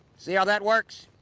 see how that works?